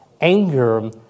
anger